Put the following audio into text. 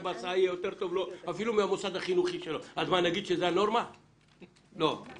יותר בהסעה יהיה יותר טוב לו אפילו מהמוסד החינוכי שלו אז מה,